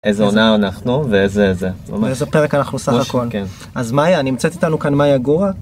איזה עונה אנחנו ואיזה איזה. איזה פרק אנחנו סך הכל. כן. אז מאיה, נמצאת איתנו כאן מאיה גורה?